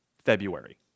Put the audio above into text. February